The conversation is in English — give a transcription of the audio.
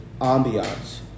ambiance